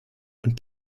und